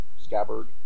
Scabbard